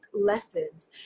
lessons